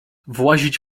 włazić